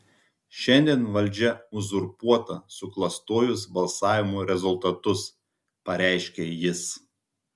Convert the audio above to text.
šiandien valdžia uzurpuota suklastojus balsavimo rezultatus pareiškė jis